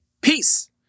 Peace